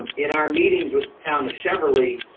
in our meetings with town of cheverly,